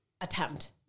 attempt